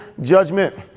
judgment